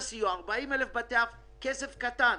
40,000 בתי אב זה כסף קטן.